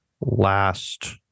last